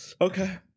Okay